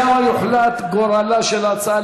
ושם יוחלט גורלה של ההצעה,